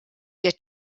der